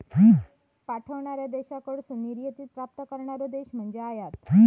पाठवणार्या देशाकडसून निर्यातीत प्राप्त करणारो देश म्हणजे आयात